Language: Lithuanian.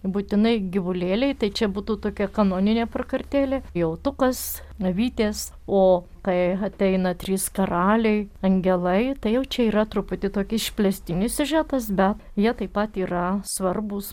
būtinai gyvulėliai tai čia būtų tokia kanoninė prakartėlė jautukas avytės o kai ateina trys karaliai angelai tai jau čia yra truputį toki išplėstinis siužetas bet jie taip pat yra svarbūs